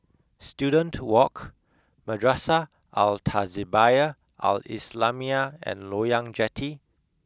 Student Walk Madrasah Al Tahzibiah Al Islamiah and Loyang Jetty